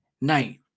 night